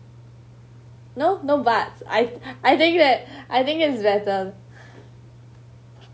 no no but I've I've think at I think it's better